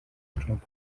trump